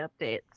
updates